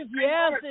yes